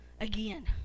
again